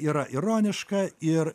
yra ironiška ir